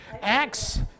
Acts